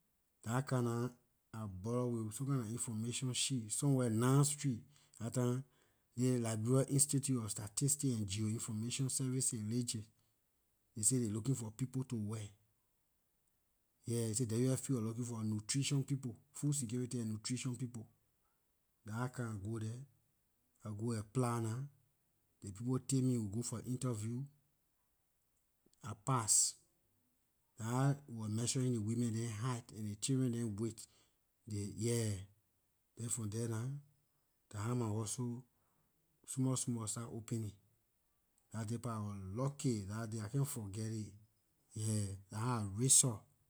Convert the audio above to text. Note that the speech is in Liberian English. Dah how come nah I buhlor with some kinda information sheet some where nine street dah time near liberia institute of statistics and geo- information services- lisgis, they say ley looking for people to work, yeah ley say wfp wor looking for nutritional people food security and nutrition people dah how come I go there I go apply nah ley people take me we go for interview I pass dah how we were measuring ley women dem height and ley children dem weight yeah then from there nah dah how my hustle small small starts opening dah day pa I wor lucky dah day I can't forgeh it dah how I raise- up